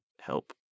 help